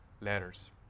letters